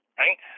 right